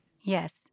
Yes